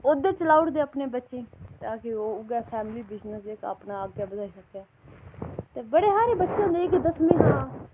ओह्दे च लाई उड़दे अपने बच्चें गी ताकि ओह् उ'यै फैमली बिजनेस जेह्का अपना अग्गै बधाई सकै ते बड़े सारे बच्चें होंदे कि दसमीं बाह्रमीं